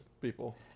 people